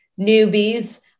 newbies